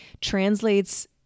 translates